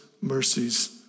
mercies